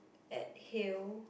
at hale